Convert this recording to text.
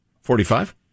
Forty-five